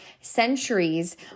centuries